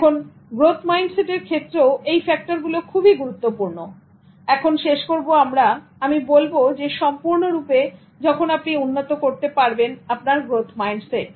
এখন growth mindset এর ক্ষেত্রেও এই ফ্যাক্টরগুলো খুবই গুরুত্বপূর্ণ এখন শেষ করবো আমরা আমি বলব যে সম্পূর্ণরূপে যখন আপনি উন্নত করতে পারবেন আপনার গ্রোথ মাইন্ডসেট